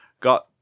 got